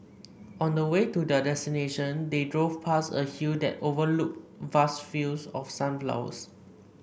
on the way to their destination they drove past a hill that overlooked vast fields of sunflowers